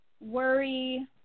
worry